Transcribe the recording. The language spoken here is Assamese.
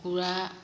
কুকুৰা